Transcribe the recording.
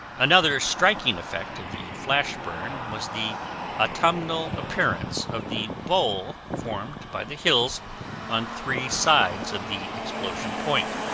another striking effect of the flash burn was the autumnal appearance of the bowl formed by the hills on three sides of the explosion point.